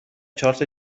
چارت